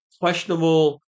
questionable